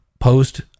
post